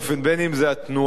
בין שזה התנועה,